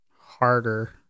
harder